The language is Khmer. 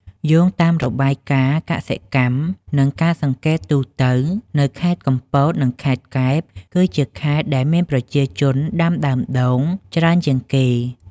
យោងតាមរបាយការណ៍កសិកម្ម និងការសង្កេតទូទៅនៅខេត្តកំពត និងខេត្តកែប គឺជាខេត្តដែលមានប្រជាជនដាំដើមដូងច្រើនជាងគេ។